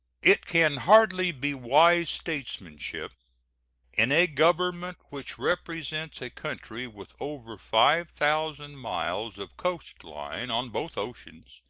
it can hardly be wise statesmanship in a government which represents a country with over five thousand miles of coast line on both oceans,